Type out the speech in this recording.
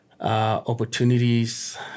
opportunities